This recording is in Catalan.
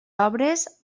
obres